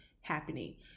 happening